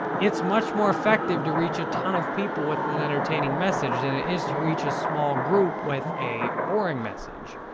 it's much more effective to reach a ton of people with and an entertaining message than it is to reach a small group with a boring message.